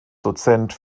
dozent